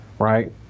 right